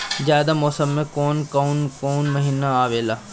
जायद मौसम में कौन कउन कउन महीना आवेला?